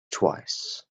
twice